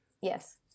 yes